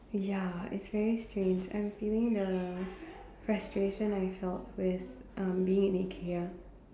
ya it's very strange I'm feeling the frustration I felt with um being in IKEA